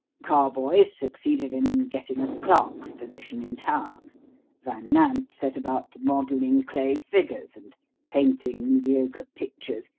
carboys succeeded in getting a clerk's position in town van nant set about modelling clay figures and painting mediocre pictures,